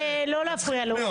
לא להפריע לו.